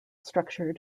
structure